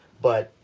but,